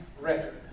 record